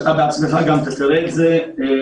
שאתה בעצמך גם תראה את זה מקרוב.